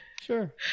sure